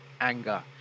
anger